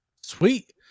Sweet